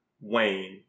Wayne